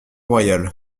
royal